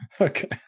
Okay